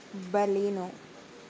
Baleno